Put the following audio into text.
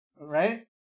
Right